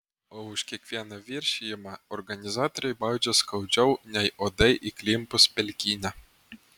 o už kiekvieną viršijimą organizatoriai baudžia skaudžiau nei uodai įklimpus pelkyne